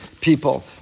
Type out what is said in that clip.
people